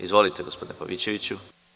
Izvolite gospodine Pavićeviću.